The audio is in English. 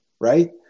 right